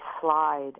slide